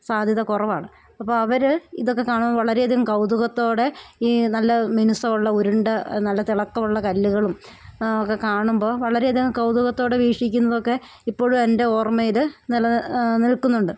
സാധ്യത കുറവാണ് അപ്പം അവർ ഇതൊക്കെ കാണുമ്പോൾ വളരെയധികം കൗതുകത്തോടെ ഈ നല്ല മിനുസ്സമുള്ള ഉരുണ്ട നല്ല തിളക്കമുള്ള കല്ലുകളും ഒക്കെ കാണുമ്പോൾ വളരെയധികം കൗതുകത്തോടെ വീക്ഷിക്കുന്നതൊക്കെ ഇപ്പോഴും എൻ്റെ ഓർമ്മയിൽ നില നിൽക്കുന്നുണ്ട്